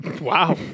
Wow